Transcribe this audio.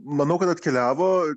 manau kad atkeliavo